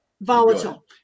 volatile